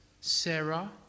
Sarah